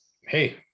hey